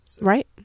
right